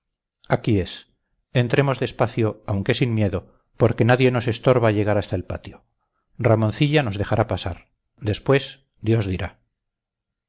aquí es entremos despacito aunque sin miedo porque nadie nos estorba llegar hasta el patio ramoncilla nos dejará pasar después dios dirá